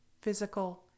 physical